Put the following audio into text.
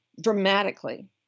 dramatically